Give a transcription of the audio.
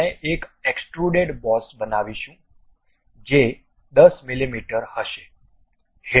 તેથી આપણે એક એક્સ્ટ્રુડેડ બોસ બનાવીશું જે 10 મીમી હશે હેડ